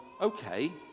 okay